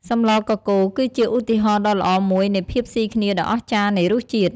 សម្លកកូរ គឺជាឧទាហរណ៍ដ៏ល្អមួយនៃភាពស៊ីគ្នាដ៏អស្ចារ្យនៃរសជាតិ។